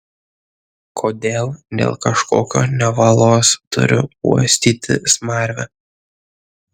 kodėl dėl kažkokio nevalos turiu uostyti smarvę